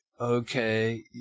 okay